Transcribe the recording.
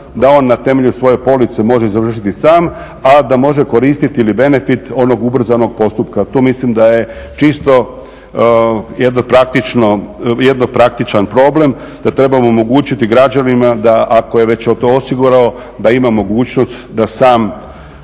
da on na temelju svoje police može izvršiti sam, a da može koristiti ili benefit onog ubrzanog postupka. Tu mislim da je čisto jedno praktičan problem, da trebamo omogućiti građanima ako je to već osigurao da ima mogućnost da sam